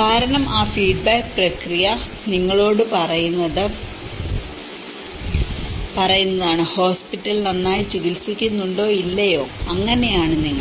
കാരണം ആ ഫീഡ്ബാക്ക് പ്രക്രിയ നിങ്ങളോട് പറയുന്നതാണ് ഹോസ്പിറ്റൽ നന്നായി ചികിത്സിക്കുന്നുണ്ടോ ഇല്ലയോ അങ്ങനെയാണ് നിങ്ങൾ